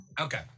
Okay